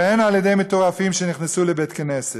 והן על-ידי מטורפים שנכנסו לבית-כנסת.